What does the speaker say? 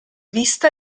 vista